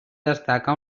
destaca